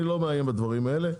אני לא מאיים בדברים האלה,